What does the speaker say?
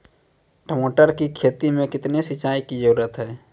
टमाटर की खेती मे कितने सिंचाई की जरूरत हैं?